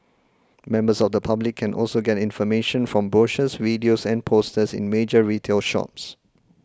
members of the public can also get information from brochures videos and posters in major retail shops